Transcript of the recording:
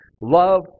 love